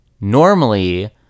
Normally